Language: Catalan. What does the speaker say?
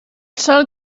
sol